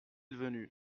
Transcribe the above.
venu